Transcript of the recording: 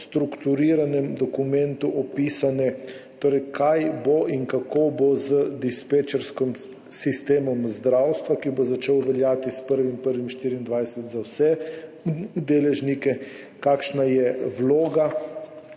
strukturiranem dokumentu opisano, kaj bo in kako bo z dispečerskim sistemom zdravstva, ki bo začel veljati s 1. 1. 2024 za vse deležnike, kakšna je vloga